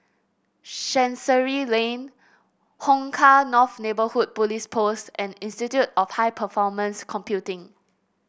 Chancery Lane Hong Kah North Neighbourhood Police Post and Institute of High Performance Computing